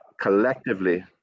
collectively